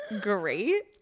great